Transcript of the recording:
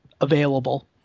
available